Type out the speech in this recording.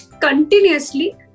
continuously